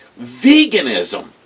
veganism